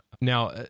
Now